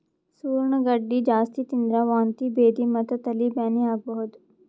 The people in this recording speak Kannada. ಸೂರಣ ಗಡ್ಡಿ ಜಾಸ್ತಿ ತಿಂದ್ರ್ ವಾಂತಿ ಭೇದಿ ಮತ್ತ್ ತಲಿ ಬ್ಯಾನಿ ಆಗಬಹುದ್